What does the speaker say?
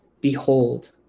behold